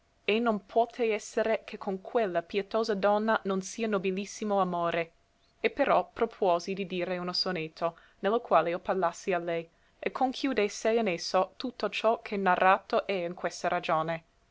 e non puote essere che con quella pietosa donna non sia nobilissimo amore e però propuosi di dire uno sonetto ne lo quale io parlasse a lei e conchiudesse in esso tutto ciò che narrato è in questa ragione